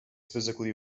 physically